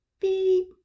beep